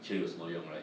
chio 有什么用 right